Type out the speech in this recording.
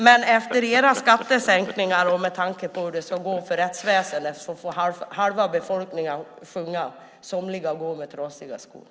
Men efter era skattesänkningar och med tanke på hur det ska gå för rättsväsendet får halva befolkningen sjunga Somliga går med trasiga skor .